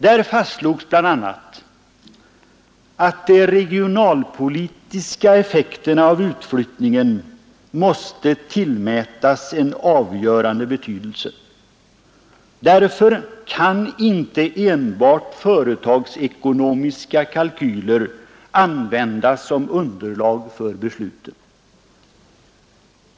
Där fastslogs bl.a. att de regionalpolitiska effekterna av utflyttningen måste tillmätas en avgörande betydelse. Därför kan inte enbart företagsekonomiska kalkyler användas som underlag för besluten.